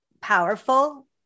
powerful